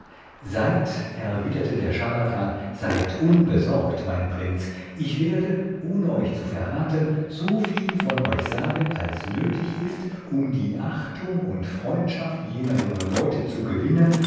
seid erwiderte der charlatan seid unbesorgt mein prinz ich werde ohne euch zu verraten so viel von euch sagen als nötig ist um die achtung und freundschaft jener jungen leute zu gewinnen